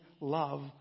love